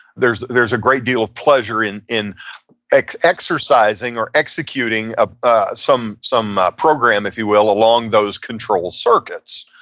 there's there's a great deal of pleasure in in exercising or executing ah ah some some program, if you will, along those control circuits,